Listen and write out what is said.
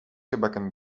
gebakken